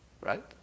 right